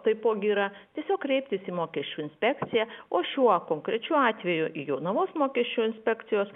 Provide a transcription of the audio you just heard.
taipogi yra tiesiog kreiptis į mokesčių inspekciją o šiuo konkrečiu atveju jonavos mokesčių inspekcijos